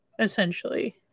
essentially